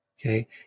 Okay